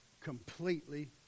completely